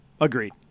Agreed